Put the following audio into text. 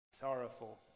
sorrowful